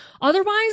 Otherwise